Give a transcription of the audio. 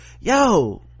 yo